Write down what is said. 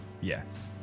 Yes